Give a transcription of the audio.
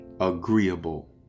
agreeable